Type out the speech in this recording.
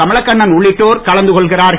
கமலக்கண்ணன் உள்ளிட்டோர் கலந்து கொள்கிறார்கள்